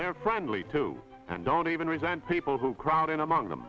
they're friendly to and don't even resent people who crowd in among them